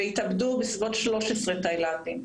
והתאבדו בסביבות 13 תאילנדים.